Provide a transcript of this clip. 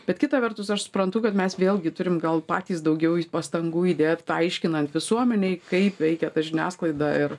bet kita vertus aš suprantu kad mes vėlgi turim gal patys daugiau pastangų įdėt tą aiškinant visuomenei kaip veikia ta žiniasklaida ir